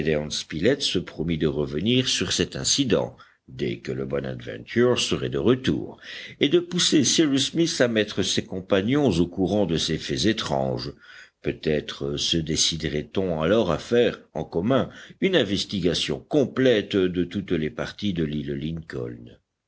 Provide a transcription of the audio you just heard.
se promit de revenir sur cet incident dès que le bonadventure serait de retour et de pousser cyrus smith à mettre ses compagnons au courant de ces faits étranges peut-être se déciderait on alors à faire en commun une investigation complète de toutes les parties de l'île lincoln